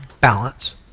balance